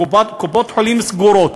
קופות-החולים סגורות.